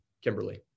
Kimberly